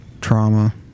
trauma